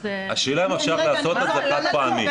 השאלה אם אפשר לעשות את זה חד פעמי.